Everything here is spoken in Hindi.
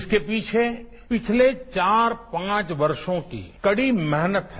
इसके पीछे पिछले चार पांच वर्षो की कड़ी मेहनत है